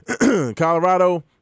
Colorado